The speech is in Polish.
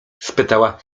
spytała